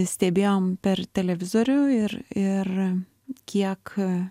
stebėjom per televizorių ir ir kiek